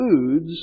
foods